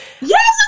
Yes